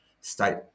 state